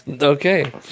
Okay